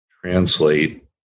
translate